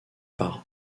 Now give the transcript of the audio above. par